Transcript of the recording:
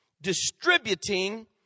distributing